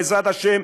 בעזרת השם,